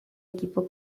equipo